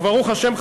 וברוך השם,